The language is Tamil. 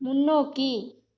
முன்னோக்கி